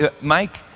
Mike